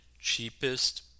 cheapest